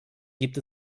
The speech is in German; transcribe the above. gibt